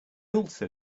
also